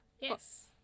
yes